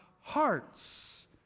hearts